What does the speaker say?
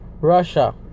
Russia